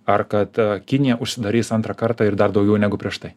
ar kad kinija užsidarys antrą kartą ir dar daugiau negu prieš tai